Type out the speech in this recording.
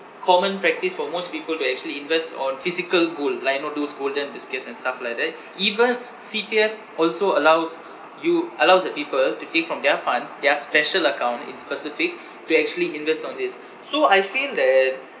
common practice for most people to actually invest on physical gold like you know those golden biscuits and stuff like that even C_P_F also allows you allows the people to take from their funds their special account in specific to actually invest on this so I feel that